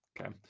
Okay